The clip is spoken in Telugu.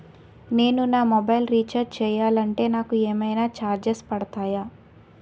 నేను నా మొబైల్ రీఛార్జ్ చేయాలంటే నాకు ఏమైనా చార్జెస్ పడతాయా?